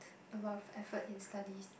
a lot of effort in studies